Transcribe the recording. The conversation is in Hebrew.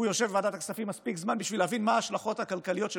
הוא יושב בוועדת הכספים מספיק זמן בשביל להבין מה ההשלכות הכלכליות של